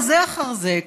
בזה אחר זה,